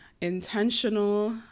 intentional